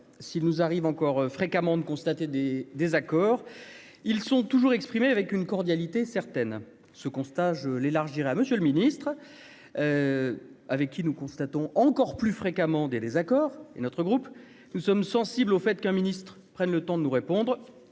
s'il nous arrive encore fréquemment de constater des désaccords, ils sont toujours exprimé avec une cordialité certaines ce constat je l'élargirait Monsieur le Ministre, avec qui nous constatons encore plus fréquemment des désaccords et notre groupe, nous sommes sensibles au fait qu'un ministre prenne le temps de nous répondre,